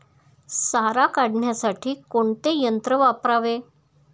सारा काढण्यासाठी कोणते यंत्र वापरावे?